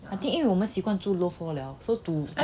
第一我们习惯住 low floor liao so